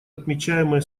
отмечаемые